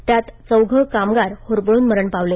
त्यात चौघे कामगार होरपळून मरण पावले